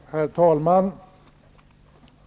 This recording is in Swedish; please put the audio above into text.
Herr talman!